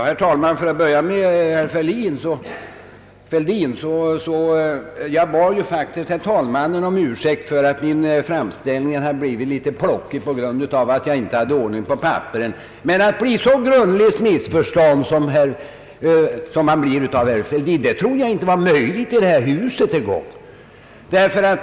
Herr talman! För att börja med herr Fälldins genmäle så bad jag ju faktiskt herr talmannen om ursäkt för att min framställning blivit litet plockig därför att jag inte hade ordning på papperen, men att bli så grundligt missförstådd som jag i detta fall blivit av herr Fälldin, det trodde jag inte var möjligt ens här i huset.